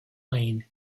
lane